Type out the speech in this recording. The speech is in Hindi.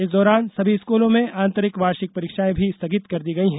इस दौरान सभी स्कूलों में आंतरिक वार्षिक परीक्षाएं भी स्थगित कर दी गई हैं